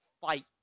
fight